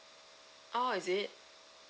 oh is it